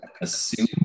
assume